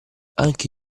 anche